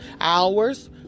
hours